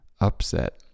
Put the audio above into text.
upset